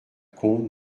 combe